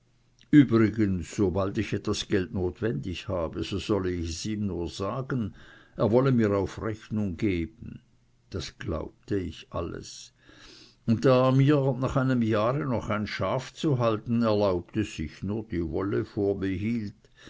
übrigens sobald ich etwas geld notwendig habe so solle ich es ihm nur sagen er wolle mir auf rechnung geben das glaubte ich alles und da er mir nach einem jahr noch ein schaf zu halten erlaubte sich nur die wolle vorbehielt